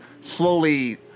slowly